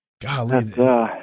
Golly